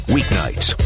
Weeknights